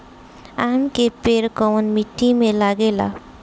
आम के पेड़ कोउन माटी में लागे ला?